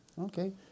okay